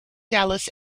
dallas